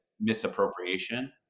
misappropriation